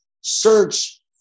search